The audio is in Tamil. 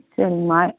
சரிங்கமா